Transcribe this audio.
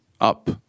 up